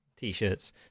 T-shirts